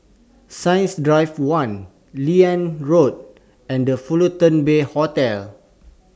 Science Drive one Liane Road and The Fullerton Bay Hotel